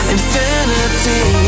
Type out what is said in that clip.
Infinity